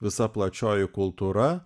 visa plačioji kultūra